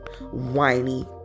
whiny